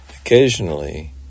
occasionally